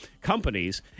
companies